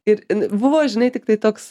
ir buvo žinai tiktai toks